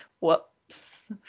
whoops